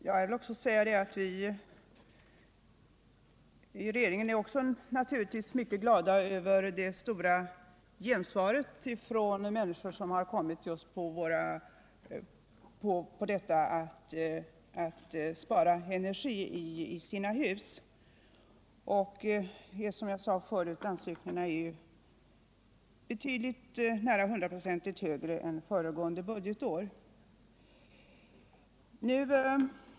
Herr talman! Vi är inom regeringen naturligtvis också mycket glada över det stora gensvar vi fått från människor som gått in för att spara energi i sina hus. Antalet ansökningar är, som jag sade tidigare, nästan hundraprocentigt högre nu än under föregående budgetår.